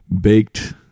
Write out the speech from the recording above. baked